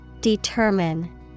Determine